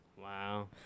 Wow